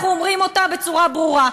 אנחנו אומרים אותה בצורה ברורה.